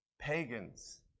Pagans